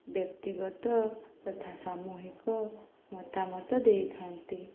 ବ୍ୟକ୍ତିଗତ ତଥା ସାମୁହିକ ମତାମତ ଦେଇଥାନ୍ତି